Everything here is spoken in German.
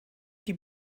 die